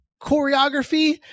choreography